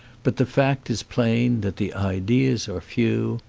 but the fact is plain that the ideas are few.